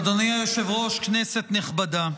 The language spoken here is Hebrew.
אדוני היושב-ראש, כנסת נכבדה,